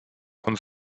von